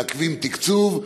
מעכבים תקצוב.